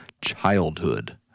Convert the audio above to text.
childhood